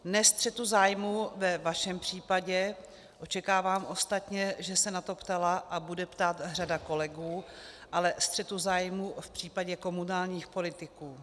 Ne střetu zájmů ve vašem případě, očekávám ostatně, že se na to ptala a bude ptát řada kolegů, ale střetu zájmů v případě komunálních politiků.